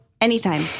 Anytime